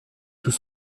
tout